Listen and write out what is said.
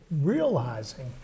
realizing